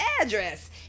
address